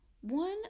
One